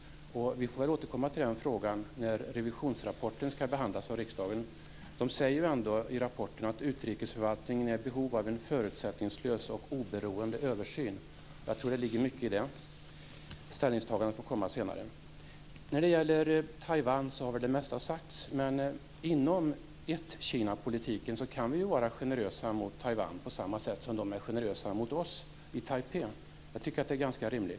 Vi får återkomma till den frågan när revisionsrapporten skall behandlas av riksdagen. I rapporten sägs ändå att utrikesförvaltningen är i behov av en förutsättningslös och oberoende översyn. Jag tror att det ligger mycket i det. Ställningstagandet får komma senare. Det mesta har väl sagts om Taiwan. Men inom ett Kina-politiken kan vi vara generösa mot Taiwan på samma sätt som man i Taipei är generös mot oss. Jag tycker att det är ganska rimligt.